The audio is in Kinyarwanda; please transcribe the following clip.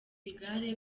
igare